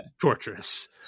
torturous